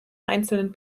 einzelnen